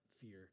fear